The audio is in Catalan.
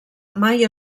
mai